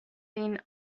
been